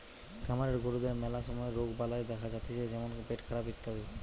খামারের গরুদের ম্যালা সময় রোগবালাই দেখা যাতিছে যেমন পেটখারাপ ইত্যাদি